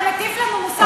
אתה מטיף לנו מוסר,